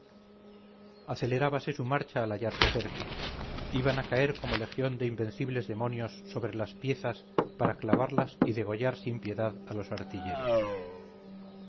aterrador acelerábase su marcha al hallarse cerca iban a caer como legión de invencibles demonios sobre las piezas para clavarlas y degollar sin piedad a los artilleros